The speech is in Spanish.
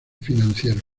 financieros